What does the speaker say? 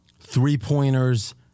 three-pointers